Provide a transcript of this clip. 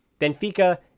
Benfica